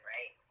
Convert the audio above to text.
Right